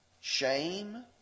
shame